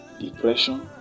depression